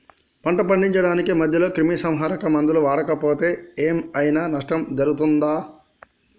పంట పండించడానికి మధ్యలో క్రిమిసంహరక మందులు వాడకపోతే ఏం ఐనా నష్టం జరుగుతదా?